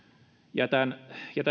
jätän